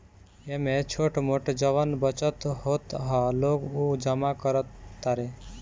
एमे छोट मोट जवन बचत होत ह लोग उ जमा करत तारे